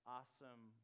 awesome